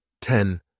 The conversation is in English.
ten